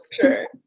sure